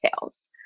sales